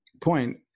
point